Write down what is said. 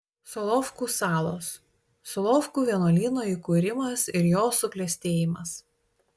solovkų salos solovkų vienuolyno įkūrimas ir jo suklestėjimas